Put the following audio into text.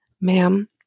Ma'am